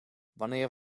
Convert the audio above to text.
wanneer